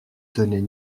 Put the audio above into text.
tenait